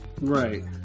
right